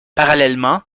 parallèlement